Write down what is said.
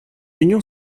union